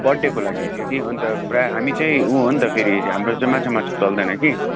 बर्थडेको लागि थियो कि अन्त प्रायः हामी चाहिँ उ हो नि त फेरि हाम्रो चाहिँ माछा मासु चल्दैन कि